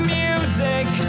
music